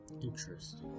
interesting